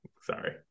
sorry